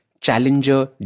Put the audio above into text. Challenger